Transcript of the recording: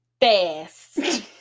fast